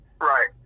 Right